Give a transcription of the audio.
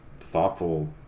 thoughtful